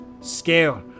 scale